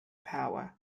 power